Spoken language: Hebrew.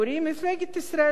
מפלגת ישראל בעלייה,